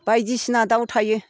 बायदिसिना दाउ थायो